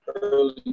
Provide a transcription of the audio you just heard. early